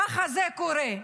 ככה זה קורה.